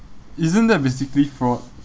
isn't that basically fraud